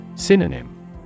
Synonym